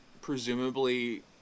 Presumably